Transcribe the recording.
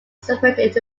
separated